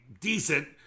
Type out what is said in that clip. decent